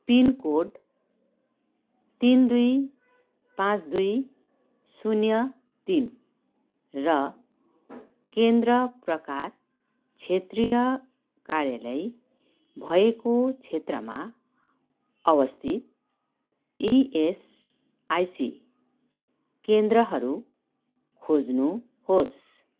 pin code तिन दुई पाँच दुई शून्य तिन र केन्द्र प्रकार क्षेत्रिय कार्यलय भएको क्षेत्रमा अवस्थित इएसआइसी केन्द्रहरू खोज्नुहोस्